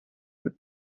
with